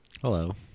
Hello